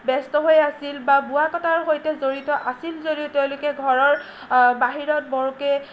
ব্যস্ত হৈ আছিল বা বোৱা কটাৰ সৈতে জড়িত আছিল যদিও তেওঁলোকে ঘৰৰ বাহিৰত বৰকৈ